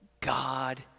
God